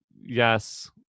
Yes